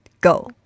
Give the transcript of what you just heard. go